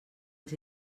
els